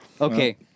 Okay